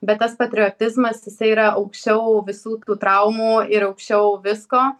bet tas patriotizmas jisai yra aukščiau visų tų traumų ir aukščiau visko